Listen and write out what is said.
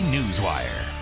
Newswire